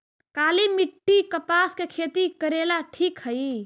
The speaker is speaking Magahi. काली मिट्टी, कपास के खेती करेला ठिक हइ?